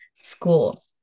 school